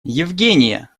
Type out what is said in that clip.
евгения